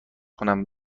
کنم